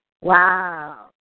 Wow